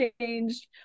changed